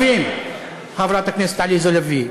חברת הכנסת עליזה לביא,